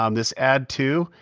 um this add to.